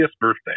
birthday